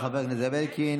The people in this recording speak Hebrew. תודה רבה לחבר הכנסת זאב אלקין.